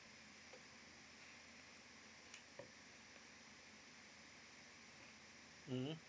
mmhmm